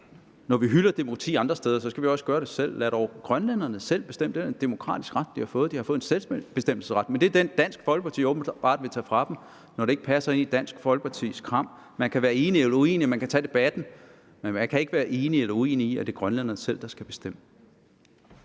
Når vi hylder demokrati andre steder, skal vi også gøre det her. Lad dog grønlænderne selv bestemme. Det er en demokratisk ret, de har fået. De har fået en selvbestemmelsesret, men det er den, Dansk Folkeparti åbenbart vil tage fra dem, når det ikke passer ind i Dansk Folkepartis kram. Man kan være enig eller uenig, man kan tage debatten, men man kan ikke være enig eller uenig i, at det er grønlænderne selv, der skal bestemme.